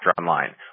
online